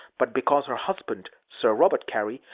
but because her husband, sir robert cary,